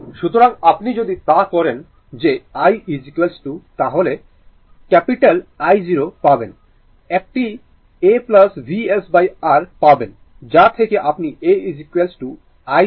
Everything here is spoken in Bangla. সুতরাং আপনি যদি তা করেন যে i0 তাহলে ক্যাপিটাল i0 পাবেন একটি a Vsr পাবেন যা থেকে আপনি a i0 VsR পাবেন